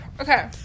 Okay